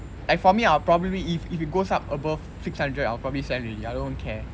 like for me I'll probably if if it goes up above six hundred I'll probably sell already I don't care